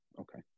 Okay